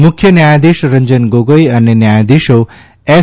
મુખ્ય ન્યાયાધીશ રંજન ગોગોઇ અને ન્યાયાધીશો એસ